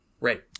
right